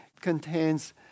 contains